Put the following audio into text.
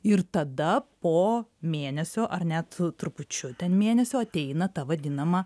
ir tada po mėnesio ar net trupučiu ten mėnesio ateina ta vadinama